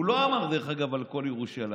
הוא לא אמר על כל ירושלים,